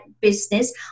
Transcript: business